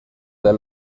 del